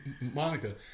Monica